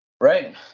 Right